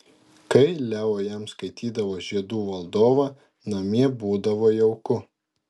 kai leo jam skaitydavo žiedų valdovą namie būdavo jauku